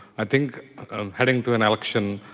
i think heading to an election,